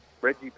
Reggie